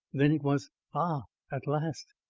then it was ah, at last!